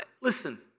Listen